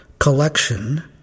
Collection